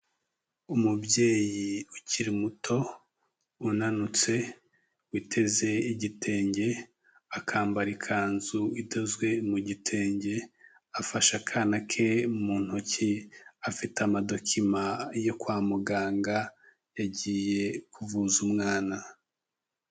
Umubyeyi ukiri muto, unanutse witeze igitenge, akambara ikanzu idozwe mu gitenge, afashe akana ke mu ntoki, afite amadokima yo kwa muganga yagiye kuvuza umwana.